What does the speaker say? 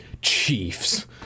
Chiefs